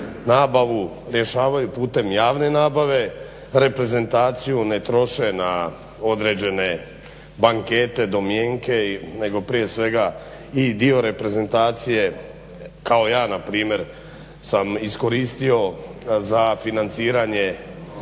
Nabavu rješavaju putem javne nabave, reprezentaciju ne troše na određene bankete, domjenke nego prije svega i dio reprezentacije kao ja npr. sam iskoristio za financiranje